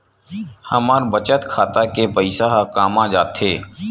हमर बचत खाता के पईसा हे कामा जाथे?